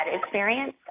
experience